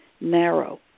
narrow